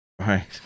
right